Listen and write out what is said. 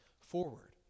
forward